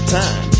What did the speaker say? time